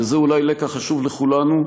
וזה אולי לקח חשוב לכולנו,